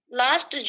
last